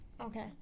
Okay